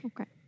Okay